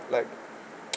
like